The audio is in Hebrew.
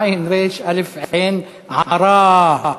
"עראה".